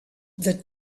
the